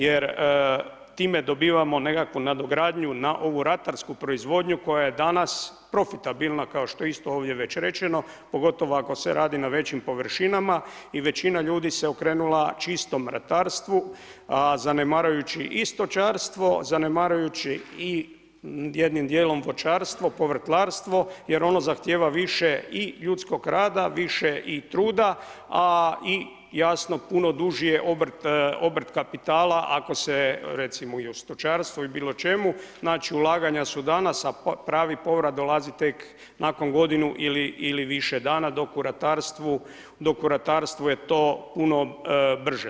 Jer time dobivamo nekakvu nadogradnju na ovu ratarsku proizvodnju koja je danas profitabilna kao što je isto ovdje već rečeno, pogotovo ako se radi na većim površinama i većina ljudi se okrenula čistom ratarstvu, a zanemarujući i stočarstvo zanemarujući i jednim djelom voćarstvo, povrtlarstvo jer ono zahtjeva više i ljudskog rada, više i truda, a i jasno puno duži je obrt kapitala ako se recimo u stočarstvu ili bilo čemu znači ulaganja su danas, a pravi povrat dolazi tek nakon godinu ili više dana dok u ratarstvu je to puno brže.